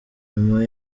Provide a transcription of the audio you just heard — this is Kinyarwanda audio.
nyuma